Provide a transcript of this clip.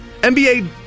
NBA